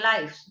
lives